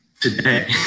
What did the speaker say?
Today